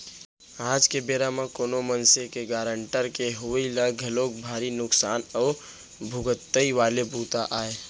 आज के बेरा म कोनो मनसे के गारंटर के होवई ह घलोक भारी नुकसान अउ भुगतई वाले बूता आय